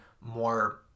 more